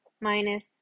minus